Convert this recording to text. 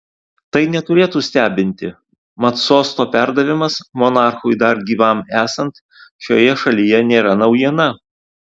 tai neturėtų stebinti mat sosto perdavimas monarchui dar gyvam esant šioje šalyje nėra naujiena